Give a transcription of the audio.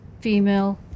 female